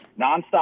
nonstop